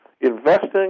Investing